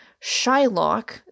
Shylock